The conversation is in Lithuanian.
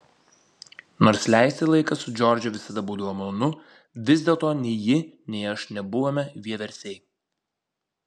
nors leisti laiką su džordže visada būdavo malonu vis dėlto nei ji nei aš nebuvome vieversiai